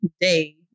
day